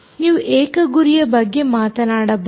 ನೀವು ಏಕ ಗುರಿಯ ಬಗ್ಗೆ ಮಾತನಾಡಬಹುದು